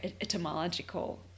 etymological